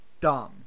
dumb